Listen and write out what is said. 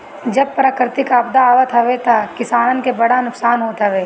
जब प्राकृतिक आपदा आवत हवे तअ किसानन के बड़ा नुकसान होत हवे